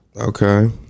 Okay